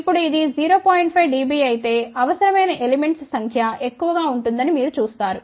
5 dB అయితే అవసరమైన elements సంఖ్య ఎక్కువగా ఉంటుందని మీరు చూస్తారు